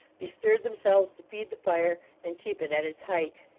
bestirred themselves to feed the fire, and keep it at its height.